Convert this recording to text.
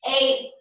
eight